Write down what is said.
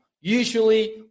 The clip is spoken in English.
Usually